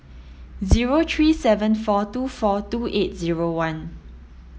zero three seven four two four two eight zero one